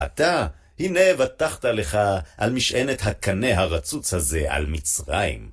אתה, הנה בטחת לך על משענת הקנה הרצוץ הזה על מצרים.